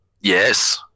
yes